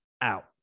out